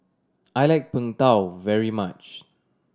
I like Png Tao very much